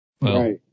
right